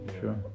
sure